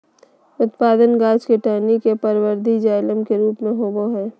उत्पादन गाछ के टहनी में परवर्धी जाइलम के रूप में होबय हइ